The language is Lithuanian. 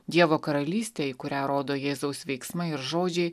dievo karalystė į kurią rodo jėzaus veiksmai ir žodžiai